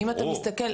ברור.